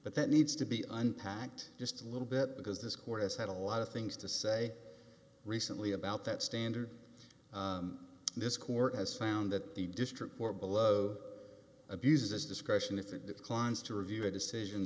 but that needs to be unpacked just a little bit because this court has had a lot of things to say recently about that standard this court has found that the district court below abuses discretion if it declines to review a decision